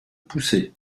poussée